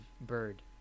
bird